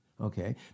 Okay